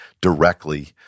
directly